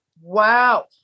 Wow